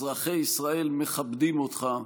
אזרחי ישראל מכבדים אותך,